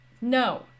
No